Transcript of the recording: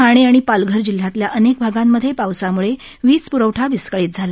ठाणे आणि पालघर जिल्ह्यातल्या अनेक भागांमधे पावसाम्ळे वीज प्रवठा विस्कळीत झाला